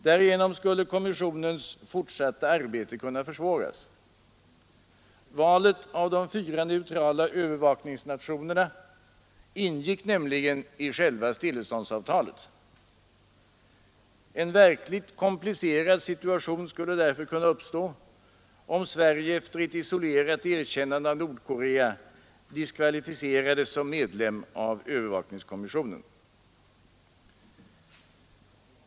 Därigenom skulle kommissionens fortsatta arbete kunna försvåras. Valet av de fyra neutrala övervakningsnationerna ingick nämligen i själva stilleståndsavtalet. En verkligt komplicerad situation skulle därför kunna uppstå, om Sverige efter ett isolerat erkännande av Nordkorea diskvalificerades som medlem av övervakningskommissionen.